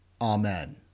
Amen